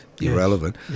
irrelevant